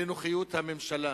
לנוחיות הממשלה.